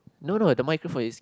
no no the microphone is